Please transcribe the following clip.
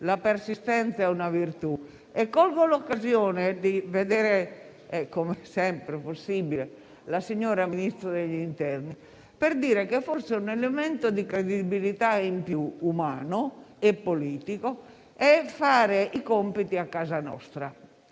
la persistenza è una virtù. Colgo l'occasione di vedere, come è sempre possibile, la signora Ministro degli interni per dire che forse un elemento di credibilità in più, umano e politico, sta nel fare i compiti a casa nostra.